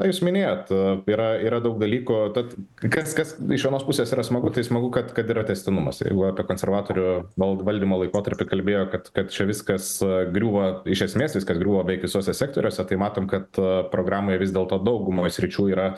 jūs minėjot yra yra daug dalykų tad kas kas iš vienos pusės yra smagu tai smagu kad kad yra tęstinumas jeigu apie konservatorių val valdymo laikotarpį kalbėjo kad kad čia viskas griūva iš esmės viskas griūva beveik visuose sektoriuose tai matom kad programoj vis dėlto daugumoj sričių yra